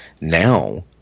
Now